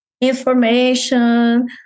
information